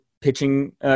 pitching